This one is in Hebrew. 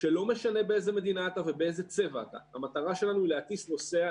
ולא משנה באיזו מדינה אתה ובאיזה צבע אתה המטרה שלנו היא להטיס נוסע,